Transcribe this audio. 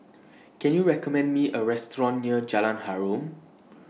Can YOU recommend Me A Restaurant near Jalan Harum